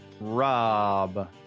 Rob